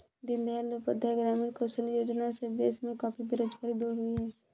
दीन दयाल उपाध्याय ग्रामीण कौशल्य योजना से देश में काफी बेरोजगारी दूर हुई है